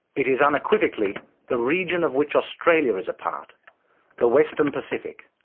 it is unequivocally the region of which australia is a part the western pacific.